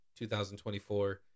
2024